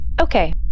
Okay